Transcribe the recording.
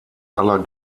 aller